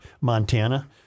Montana